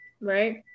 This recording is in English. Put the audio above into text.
right